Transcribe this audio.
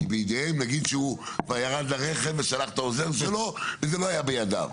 כי בידיהם נגיד שהוא כבר ירד לרכב ושלח את העוזר שלו וזה לא היה בידיו,